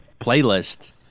playlist